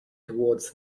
towards